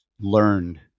learned